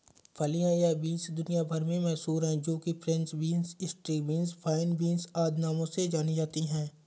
फलियां या बींस दुनिया भर में मशहूर है जो कि French beans, string beans, fine beans आदि नामों से जानी जाती है